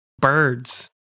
birds